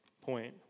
point